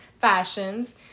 Fashions